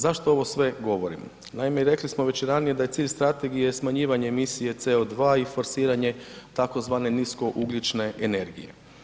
Zašto ovo sve govorim? naime rekli smo već ranije da je cilj strategije smanjivanje emisije CO2 i forsiranje tzv. niskougljične energije.